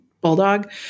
bulldog